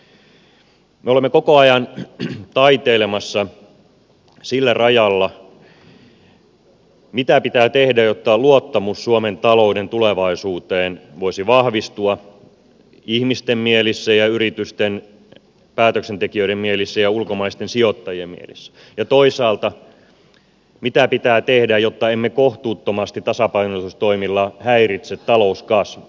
me olemme koko ajan taiteilemassa sillä rajalla mitä pitää tehdä jotta luottamus suomen talouden tulevaisuuteen voisi vahvistua ihmisten mielissä ja yritysten päätöksentekijöiden mielissä ja ulkomaisten sijoittajien mielissä ja toisaalta mitä pitää tehdä jotta emme kohtuuttomasti tasapainotustoimilla häiritse talouskasvua